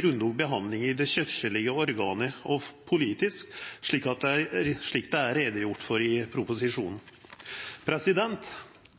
grundig behandla i dei kyrkjelege organa – og politisk – slik det er gjort greie for i proposisjonen. For Senterpartiet er avviklinga av Kongens særskilte kyrkjestyre ein avgjerande faktor i